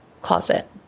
closet